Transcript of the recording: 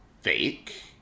fake